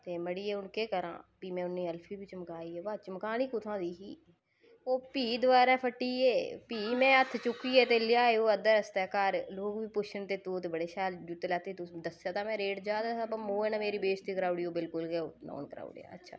ते मड़ियै हून केह् करां फ्ही में उ'नेंगी ऐल्फी बी चमकाई अवा चमकानी कुत्थुआं दी ही ओह् फ्ही दबारा फट्टी गे फ्ही में हत्थ चुक्कियै ते लेआए ओह् अद्धै रस्तै घर लोग बी पुच्छन ते तूं बड़े शैल जूते लैते हे तूं दस्सेआ ते में रेट ज्यादा था पर मोऐ ने मेरी बेस्ती कराऊ उड़ी ओह् बिलकुल गै ओह् कराऊ उड़ेआ अच्छा